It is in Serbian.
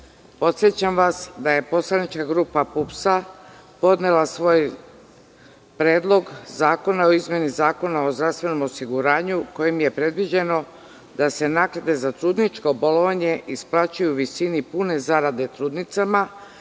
zaštite. Podsećam vas da je poslanička grupa PUPS podnela svoj Predlog zakona o izmenama Zakona o zdravstvenom osiguranju, kojim je predviđeno da se naknade za trudničko bolovanje isplaćuju u visini pune zarade trudnica,